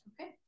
okay